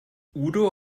udo